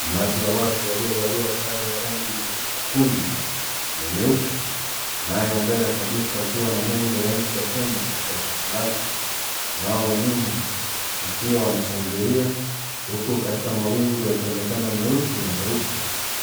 Umati wa watu waliovalia sare ya rangi nyekundu na nyeupe naye wa mbele kabisa akiwa na nembo ya nchi ya Kenya katika shati lake. Na hao wa nyuma wakiwa wanashangilia huku katika mawingu yakionekana nyeusi na nyeupe.